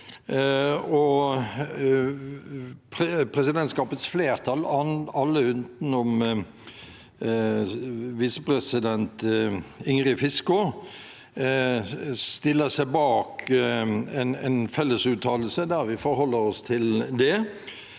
Presidentskapets flertall, alle utenom femte visepresident Ingrid Fiskaa, stiller seg bak en fellesuttalelse der vi forholder oss til det,